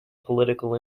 political